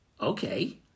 Okay